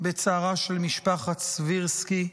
בצערה של משפחת סבירסקי,